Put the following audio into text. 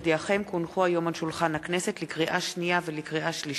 לוועדת הכלכלה להכנתה לקריאה שנייה ושלישית.